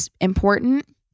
important